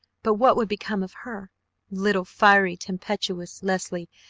but what would become of her little, fiery, tempestuous leslie,